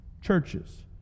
churches